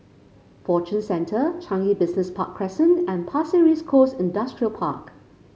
Fortune Centre Changi Business Park Crescent and Pasir Ris Coast Industrial Park